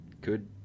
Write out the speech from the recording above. good